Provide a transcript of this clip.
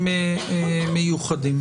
מיוחדים.